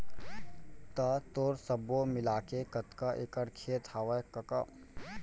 त तोर सब्बो मिलाके कतका एकड़ खेत हवय कका?